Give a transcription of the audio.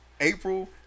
April